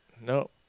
No